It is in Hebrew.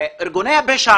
יש עוד קצת.